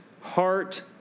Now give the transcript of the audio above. heart